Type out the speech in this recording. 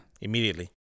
immediately